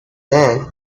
then